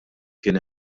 kien